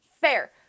Fair